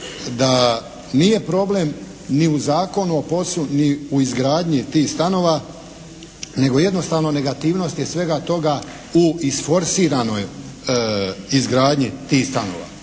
da nije problem ni u Zakonu o POS-u, ni u izgradnji tih stanova, nego jednostavno negativnost je svega toga u isforsiranoj izgradnji tih stanova.